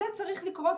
זה צריך לקרות,